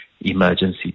emergency